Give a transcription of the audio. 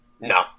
No